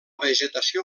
vegetació